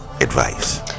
advice